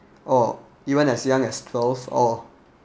or even as young as twelve or